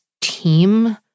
team